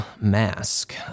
Mask